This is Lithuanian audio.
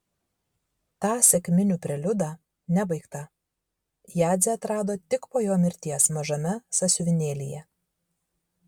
tą sekminių preliudą nebaigtą jadzė atrado tik po jo mirties mažame sąsiuvinėlyje